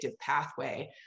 pathway